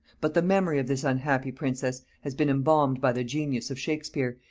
but the memory of this unhappy princess has been embalmed by the genius of shakespeare,